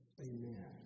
amen